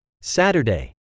Saturday